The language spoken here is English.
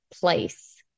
place